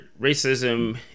racism